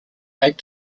act